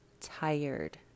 tired